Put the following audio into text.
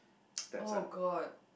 oh god